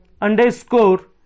underscore